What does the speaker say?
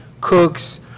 cooks